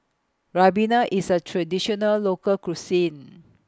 Ribena IS A Traditional Local Cuisine